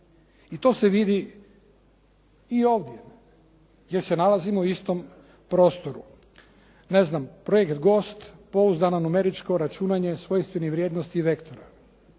i to se vidi i ovdje jer se nalazimo u istom prostoru. Projekt "Gost", pouzdano numeričko računanje svojstvenih vrijednosti i vektora.